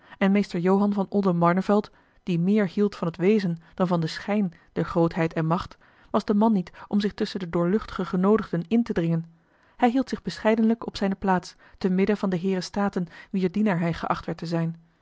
en meester johan van oldenbarneveld die meer hield van het wezen dan van den schijn der grootheid en macht was de man niet om zich tusschen de doorluchtige genoodigden in te dringen hij hield zich bescheidenlijk op zijne plaats te midden van de heeren staten wier dienaar hij geacht werd te zijn